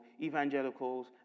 evangelicals